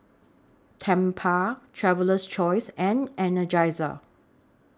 Tempur Traveler's Choice and Energizer